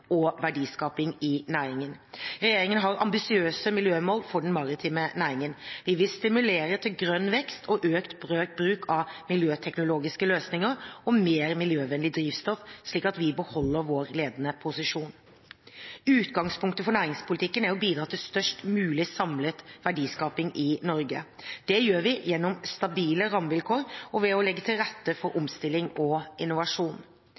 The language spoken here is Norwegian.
og verdiskaping i næringen. Regjeringen har ambisiøse miljømål for den maritime næringen. Vi vil stimulere til grønn vekst og økt bruk av miljøteknologiske løsninger og mer miljøvennlig drivstoff, slik at vi beholder vår ledende posisjon. Utgangspunktet for næringspolitikken er å bidra til størst mulig samlet verdiskaping i Norge. Det gjør vi gjennom stabile rammevilkår og ved å legge til rette for omstilling og innovasjon.